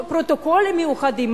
פרוטוקולים מיוחדים,